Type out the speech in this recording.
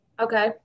Okay